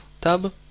tab